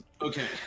Okay